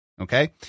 Okay